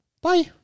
Bye